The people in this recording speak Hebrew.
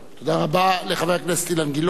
תודה רבה לחבר הכנסת אילן גילאון.